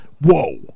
Whoa